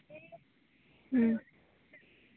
ᱦᱩᱸ